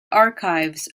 archives